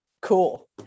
cool